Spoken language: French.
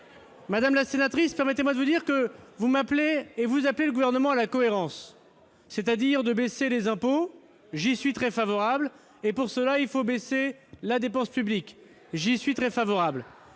Madame la sénatrice, permettez-moi de vous dire que vous m'appelez, et à travers moi le Gouvernement, à la cohérence, c'est-à-dire à baisser les impôts. J'y suis très favorable, et pour cela, il faut baisser la dépense publique. Et j'y suis très favorable.